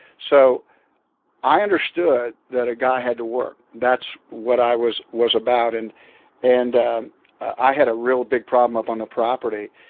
so i understood that a guy had to work that's what i was was about. and and um i had a real big problem up on the property.